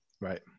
Right